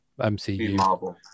MCU